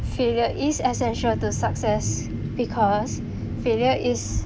failure is essential to success because failure is